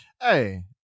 Hey